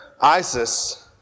ISIS